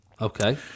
okay